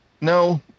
No